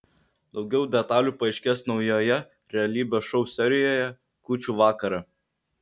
daugiau detalių paaiškės naujoje realybės šou serijoje kūčių vakarą